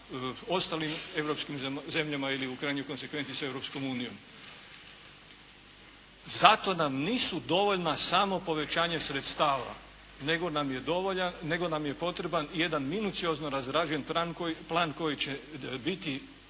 ostalim europskim zemljama ili u krajnjoj konsekvenci sa Europskom unijom. Zato nam nisu dovoljna samo povećanja sredstava nego nam je potreban i jedan minuciozno razrađen plan koji će biti